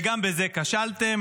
וגם בזה כשלתם.